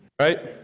Right